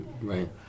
Right